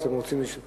הנושא